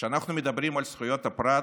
כשאנחנו מדברים על זכויות הפרט,